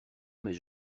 mais